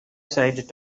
said